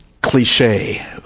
cliche